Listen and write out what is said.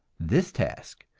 this task,